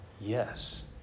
Yes